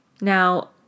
Now